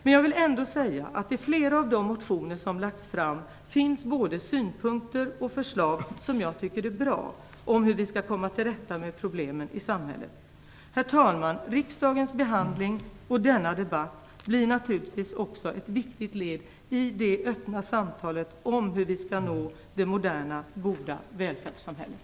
Men jag vill ändå säga att det i flera av de motioner som har väckts finns bra synpunkter och förslag om hur vi skall komma tillrätta med problemen i samhället. Herr talman! Riksdagens behandling och denna debatt blir naturligtvis också ett viktigt led i det öppna samtalet om hur vi skall nå det moderna, goda välfärdssamhället.